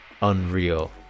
unreal